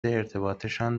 ارتباطشان